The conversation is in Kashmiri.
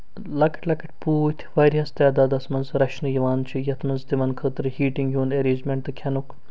لۅکٔٹۍ لۅکٔٹۍ پوٗتۍ واریاہَس تعدادَس منٛز رَچھنہٕ یِوان چھُ یَتھ منٛز تِمَن خٲطرٕ ہیٖٹِنٛگ ہُنٛد ایرینٛجمٮ۪نٛٹ تہٕ کھٮ۪نُک